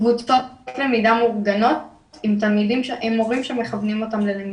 קבוצות למידה מאורגנות עם מורים שמכוונים אותם ללמידה.